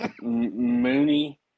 Mooney